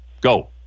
Go